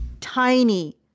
tiny